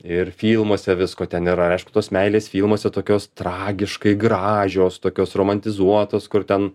ir filmuose visko ten yra aišku tos meilės filmuose tokios tragiškai gražios tokios romantizuotos kur ten